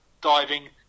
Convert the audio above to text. diving